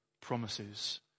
promises